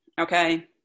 okay